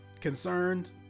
concerned